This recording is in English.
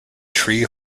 tree